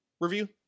review